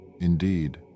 Indeed